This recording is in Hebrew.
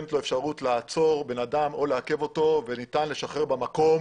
ניתנת לו אפשרות לעצור בן אדם או לעכב אותו וניתן לשחרר במקום